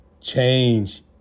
change